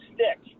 Stick